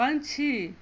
पंछी